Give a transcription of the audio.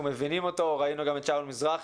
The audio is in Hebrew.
אנחנו מבינים אותו, ראינו גם את שאול מזרחי,